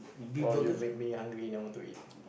!wow! you make me hungry now I want to eat